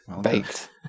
Baked